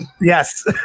Yes